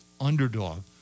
underdog